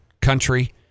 country